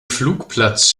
flugplatz